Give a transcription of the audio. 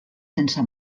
sense